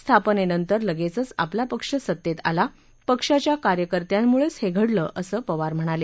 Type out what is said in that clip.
स्थापनेनंतर लगेचंच आपला पक्ष सत्तेत आला पक्षाच्या कार्यकर्त्यांमुळेच हे घडलं असं पवार म्हणाले